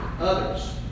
others